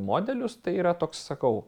modelius tai yra toks sakau